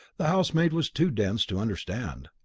the housemaid was too dense to understand.